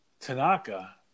Tanaka